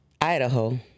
Idaho